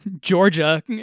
Georgia